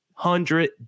hundred